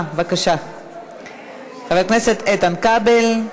חבר הכנסת איתן כבל,